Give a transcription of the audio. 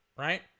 right